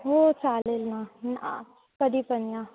हो चालेल ना हं आ कधीपण या